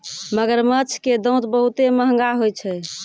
मगरमच्छ के दांत बहुते महंगा होय छै